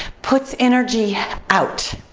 puts energy out.